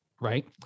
right